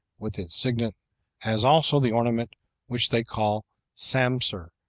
with its signet as also the ornament which they call sampser,